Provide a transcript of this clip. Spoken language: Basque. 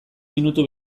minutu